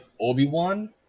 Obi-Wan